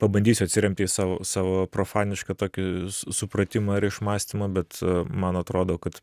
pabandysiu atsiremti į savo savo profanišką tokį supratimą ir išmąstymą bet man atrodo kad